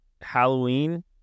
Halloween